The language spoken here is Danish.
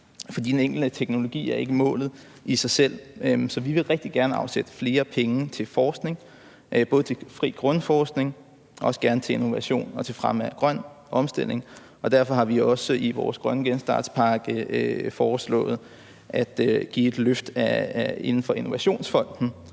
fordi den enkelte teknologi ikke er målet i sig selv. Så vi vil rigtig gerne have flere penge til forskning, både til fri grundforskning og også gerne til innovation og fremme af grøn omstilling. Derfor har vi også i vores grønne genstartspakke foreslået at give et løft inden for Innovationsfonden